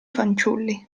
fanciulli